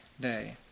day